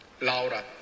Laura